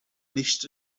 nicht